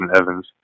Evans